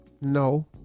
No